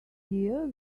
year